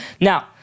Now